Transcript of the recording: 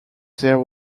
there